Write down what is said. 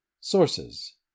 Sources